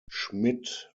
schmidt